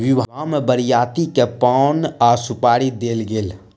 विवाह में बरियाती के पान आ सुपारी देल गेल